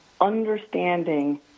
understanding